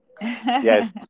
Yes